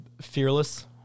fearless